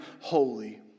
holy